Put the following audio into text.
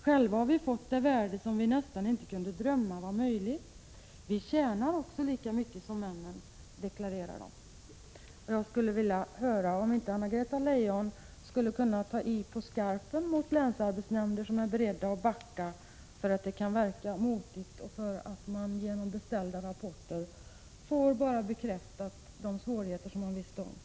Själva har vi fått ett värde som vi nästan inte kunde drömma var möjligt. Vi tjänar också lika mycket som männen, deklarerar trion.” Jag skulle vilja höra om inte Anna-Greta Leijon skulle kunna ta i på skarpen mot länsarbetsnämnder som är beredda att backa när det kan verka motigt och när man genom beställda rapporter bara får de svårigheter man visste om bekräftade.